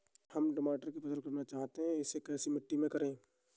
हम टमाटर की फसल करना चाहते हैं इसे कैसी मिट्टी में करें?